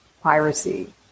piracy